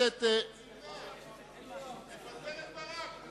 תפטר את ברק.